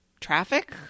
traffic